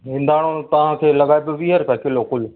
हिंदाणो तव्हांखे लॻाइबो वीह रुपया किलो कुलु